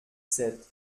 sept